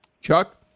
Chuck